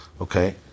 Okay